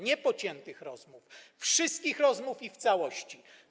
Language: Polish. Nie pociętych rozmów - wszystkich rozmów i w całości.